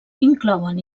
inclouen